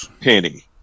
penny